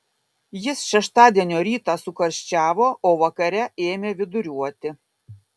jis šeštadienio rytą sukarščiavo o vakare ėmė viduriuoti